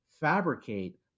fabricate